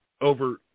over